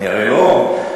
אני הרי לא,